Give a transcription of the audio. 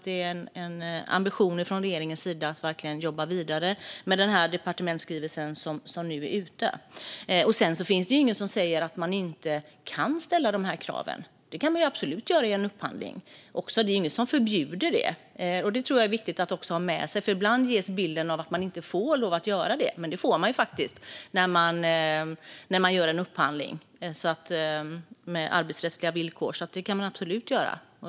Det är regeringens ambition att jobba vidare med den departementsskrivelse som nu har gått ut. Det finns vidare inget som säger att man inte kan ställa dessa krav. Det kan man absolut göra i en upphandling. Det finns inget som förbjuder det, vilket är viktigt att ha med sig. Ibland ges en bild av att man inte får ha med arbetsrättsliga villkor i en upphandling, men det får man absolut ha.